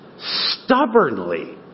Stubbornly